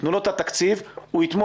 תנו לו את התקציב, הוא יתמוך.